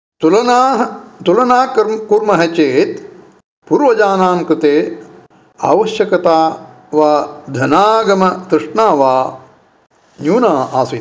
तुलनाः तुलनां कर्म् कुर्मः चेत् पूर्वजनां कृते आवश्यकता वा धनागमतृष्णा वा न्यूना आसीत्